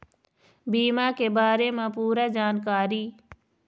बीमा के बारे म पूरा जानकारी?